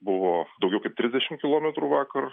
buvo daugiau kaip trisdešim kilometrų vakar